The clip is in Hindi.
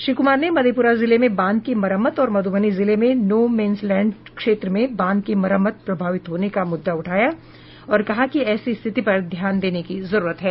श्री कुमार ने मधेपूरा जिले में बांध की मरम्मत और मध्रबनी जिले में नो मेंस लैंड क्षेत्र में बांध की मरम्मत प्रभावित होने का मूददा उठाया और कहा कि ऐसी स्थिति पर ध्यान देने की जरूरत है